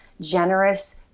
generous